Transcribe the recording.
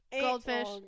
goldfish